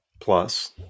Plus